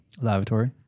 Lavatory